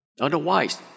Otherwise